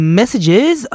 messages